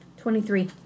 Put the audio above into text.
Twenty-three